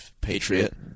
Patriot